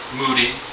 moody